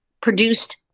produced